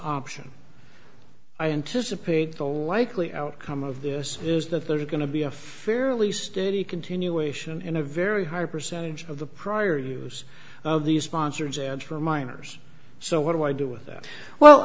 option i anticipate the likely outcome of this is that there's going to be a fairly steady continuation in a very high percentage of the prior use of these sponsors for minors so what do i do with that well